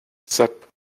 sep